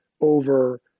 over